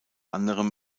anderem